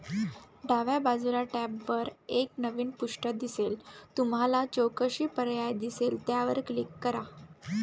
डाव्या बाजूच्या टॅबवर एक नवीन पृष्ठ दिसेल तुम्हाला चौकशी पर्याय दिसेल त्यावर क्लिक करा